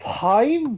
five